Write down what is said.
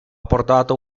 portato